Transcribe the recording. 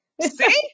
See